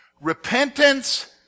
repentance